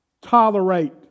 tolerate